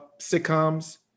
sitcoms